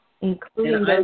Including